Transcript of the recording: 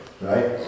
right